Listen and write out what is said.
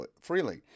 freely